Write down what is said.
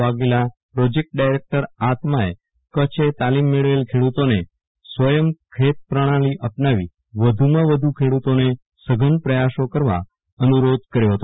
Vaghela project director આત્મા કચ્છએ તાલીમ મેળવેલ ખેડુતોને સ્વયંખેત પ્રણાલી અપનાવી વધુમાં વધુ ખેડુતોને સધન પ્રયાસો કરવા અનુરોધ કર્યો ફતો